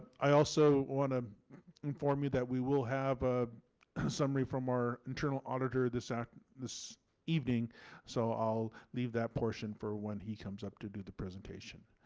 i also want to inform you that we will have a summary from our internal auditor this ah this evening so i'll leave that portion for when he comes up to do the presentation.